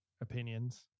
opinions